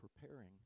preparing